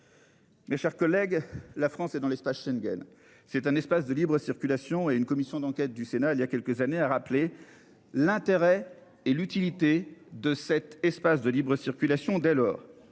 Mes chers collègues, la France et dans l'espace Schengen. C'est un espace de libre-, circulation et une commission d'enquête du Sénat il y a quelques années, a rappelé l'intérêt et l'utilité de cet espace de libre-circulation dès lors